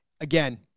again